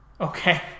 Okay